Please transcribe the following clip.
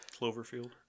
Cloverfield